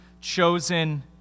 chosen